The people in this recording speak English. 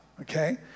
Okay